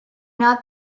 not